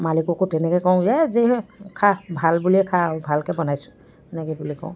মালিককো তেনেকৈ কওঁ এই যেই সেই খা ভাল বুলিয়েই খা আৰু ভালকৈ বনাইছোঁ এনেকৈ বুলি কওঁ